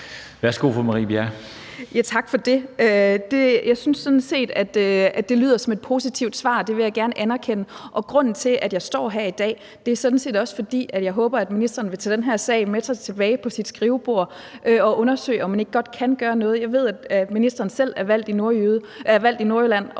set, at det lyder som et positivt svar. Det vil jeg gerne anerkende. Og grunden til, at jeg står her i dag, er sådan set også, at jeg håber, at ministeren vil tage den her sag med sig tilbage på sit skrivebord og undersøge, om man ikke godt kan gøre noget. Jeg ved godt, at ministeren selv er valgt i Nordjylland